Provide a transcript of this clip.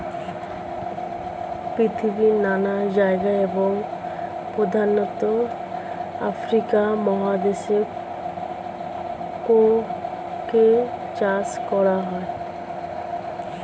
পৃথিবীর নানা জায়গায় এবং প্রধানত আফ্রিকা মহাদেশে কোকো চাষ করা হয়